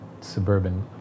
suburban